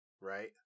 right